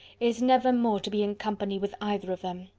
is never more to be in company with either of them.